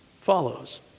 follows